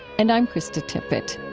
and i'm krista tippett